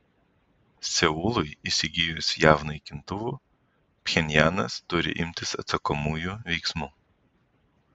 seului įsigijus jav naikintuvų pchenjanas turi imtis atsakomųjų veiksmų